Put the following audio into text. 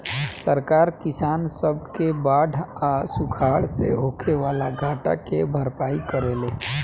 सरकार किसान सब के बाढ़ आ सुखाड़ से होखे वाला घाटा के भरपाई करेले